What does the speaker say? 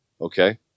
Okay